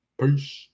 Peace